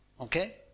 Okay